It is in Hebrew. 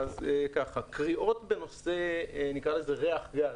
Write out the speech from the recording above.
קריאות בנושא ריח גז,